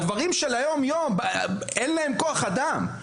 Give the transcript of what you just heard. לדברים של היום יום אין להם כוח אדם,